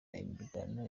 imirwano